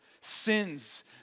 sins